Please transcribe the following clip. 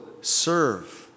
serve